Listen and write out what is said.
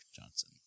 Johnson